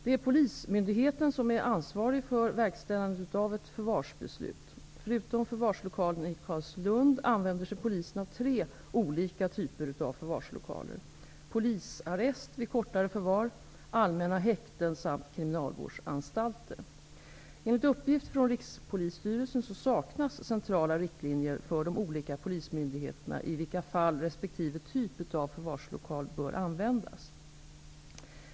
Det är polismyndigheten som är ansvarig för verkställandet av ett förvarsbeslut. Förutom förvarslokalen i Carlslund använder sig polisen av tre olika typer av förvarslokaler: polisarrest vid korta förvar, allmänna häkten samt kriminalvårdsanstalter. Enligt uppgift från Rikspolisstyrelsen saknas centrala riktlinjer för de olika polismyndigheterna i vilka fall resp. typ av förvarslokal bör användas.